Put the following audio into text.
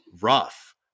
rough